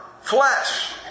flesh